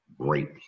great